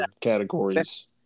categories